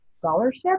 scholarship